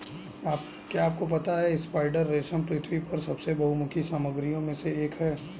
क्या आपको पता है स्पाइडर रेशम पृथ्वी पर सबसे बहुमुखी सामग्रियों में से एक है?